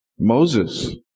Moses